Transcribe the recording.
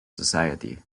society